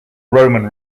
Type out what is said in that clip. roman